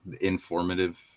informative